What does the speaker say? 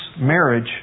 marriage